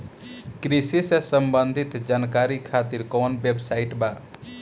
कृषि से संबंधित जानकारी खातिर कवन वेबसाइट बा?